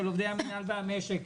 של עובדי המנהל המשק,